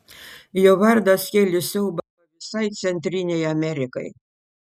jo vardas kėlė siaubą visai centrinei amerikai